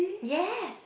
yes